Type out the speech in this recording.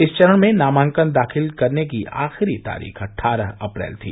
इस चरण में नामांकन दाखिल करने की आखिरी तारीख अट्ठारह अप्रैल थी